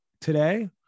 Today